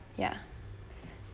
ya